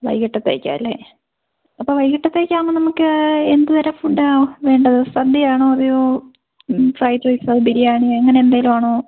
വൈകീട്ടത്തേക്കാണ് അല്ലേ അപ്പോൾ വൈകീട്ടത്തേക്ക് ആവുമ്പോൾ നമുക്ക് എന്ത് തരം ഫുഡ് ആണ് വേണ്ടത് സദ്യ ആണോ അതെയോ ഫ്രൈഡ് റൈസോ ബിരിയാണി അങ്ങനെ എന്തെങ്കിലും ആണോ